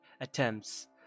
attempts